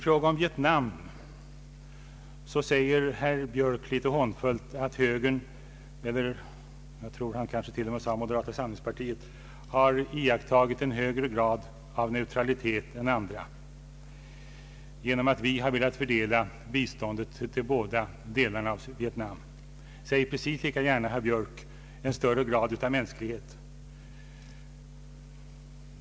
I fråga om Vietnam säger herr Björk litet hånfullt att högern — eller jag tror att han till och med sade moderata samlingspartiet — iakttagit en högre grad av neutralitet än andra genom att vi har velat fördela biståndet till båda delarna av Vietnam. Säg precis lika gärna, herr Björk, en större grad av mänsklighet.